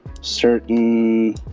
certain